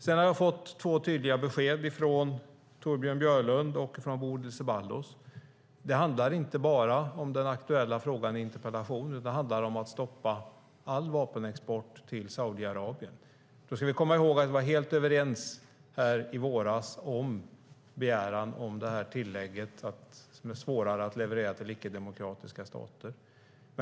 Sedan har jag fått två tydliga besked från Torbjörn Björlund och Bodil Ceballos: Det handlar inte bara om den aktuella frågan i interpellationen, utan det handlar om att stoppa all vapenexport till Saudiarabien. Då ska vi komma ihåg att vi var helt överens i våras om begäran om tillägget att göra det svårare att leverera till icke-demokratiska stater.